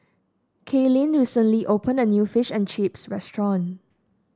Kaylynn recently opened a new Fish and Chips restaurant